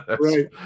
Right